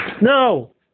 No